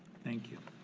thank you.